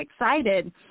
excited